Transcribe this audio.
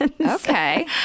Okay